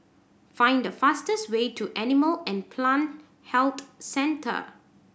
find the fastest way to Animal and Plant Health Centre